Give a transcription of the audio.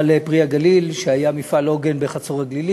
מפעל "פרי הגליל", שהיה מפעל עוגן בחצור-הגלילית,